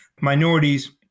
minorities